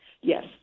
Yes